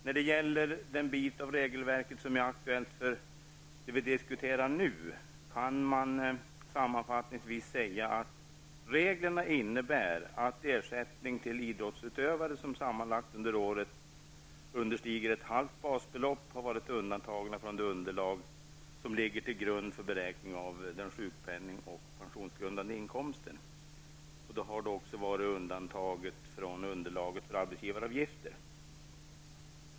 När det gäller den del av regelverket som är aktuell för det vi diskuterar nu, kan man sammanfattningsvis säga att reglerna innebär att ersättning till idrottsutövare som sammanlagt under året understiger ett halvt basbelopp har varit undantagen från det underlag som ligger till grund för beräkning av den sjukpenning och pensionsgrundande inkomsten. Den har också undantagits från underlaget för arbetsgivaravgifter.